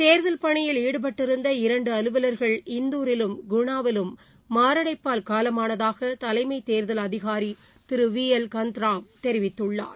தேர்தல் பணியில் ஈடுபட்டிருந்த இரண்டு அலுவவர்கள் இந்தூரிலும் குணாவிலும் மாரடைப்பால் காலமானதாக தலைமை தேர்தல் அதிகாரி திரு வி எல் காந்த்ராவ் தெரிவித்துள்ளார்